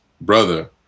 brother